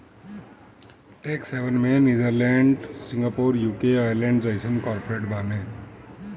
tax haven में Netherlands, Singapore, UK, Ireland जइसन corporate बाने